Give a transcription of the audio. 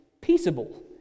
peaceable